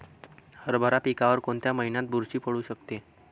हरभरा पिकावर कोणत्या महिन्यात बुरशी पडू शकते?